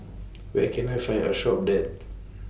Where Can I Find A Shop that